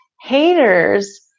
haters